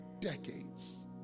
decades